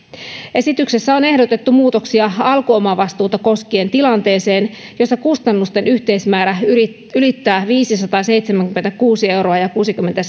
esityksessä on ehdotettu muutoksia alkuomavastuuta koskien tilanteeseen jossa kustannusten yhteismäärä ylittää viisisataaseitsemänkymmentäkuusi euroa kuusikymmentä